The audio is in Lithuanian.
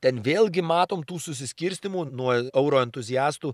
ten vėlgi matom tų susiskirstymų nuo euro entuziastų